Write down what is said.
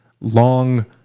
long